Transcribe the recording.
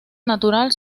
natural